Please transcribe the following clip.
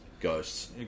ghosts